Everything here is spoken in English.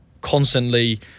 constantly